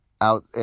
out